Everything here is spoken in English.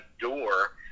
door